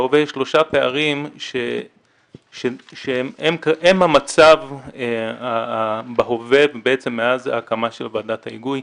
בהווה יש שלושה פערים שהם המצב בהווה בעצם מאז הקמת ועדת ההיגוי,